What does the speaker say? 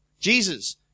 Jesus